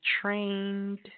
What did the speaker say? trained